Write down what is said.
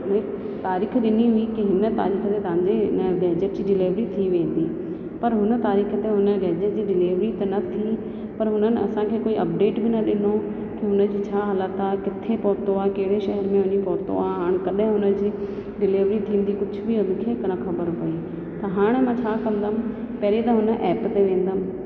तारीख़ ॾिनी हुई की हिन तारीख़ ते हिन गेजेट जी डिलेवरी थी वेंदी पर हुन तारीख़ ते हुन गेजेट जी डिलेवरी त न थी पर हुननि असां खे अपडेट बि न ॾिनो की हुन खे छा हालत आहे किथे पहुतो आहे कहिड़े शहर में वञी पहुतो आहे हाणे कॾहिं हुन जी डिलेवरी थींदी कुझु बि हुन खे न ख़बरु पई त हाणे मां छा कंदमि पहिरीं त उन ऐप ते वेंदमि